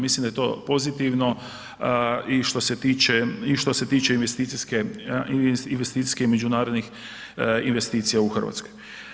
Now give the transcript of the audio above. Mislim da je to pozitivno i što se tiče investicijske i međunarodnih investicija u Hrvatskoj.